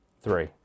three